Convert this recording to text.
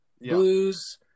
blues